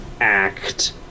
act